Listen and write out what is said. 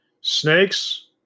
snakes